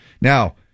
Now